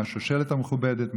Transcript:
מהשושלת המכובדת,